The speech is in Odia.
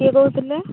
କିଏ କହୁଥିଲେ